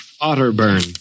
Otterburn